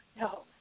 No